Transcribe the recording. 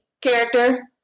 character